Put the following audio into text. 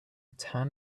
tan